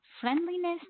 friendliness